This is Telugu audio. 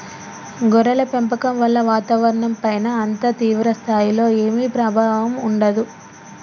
గొర్రెల పెంపకం వల్ల వాతావరణంపైన అంత తీవ్ర స్థాయిలో ఏమీ ప్రభావం ఉండదు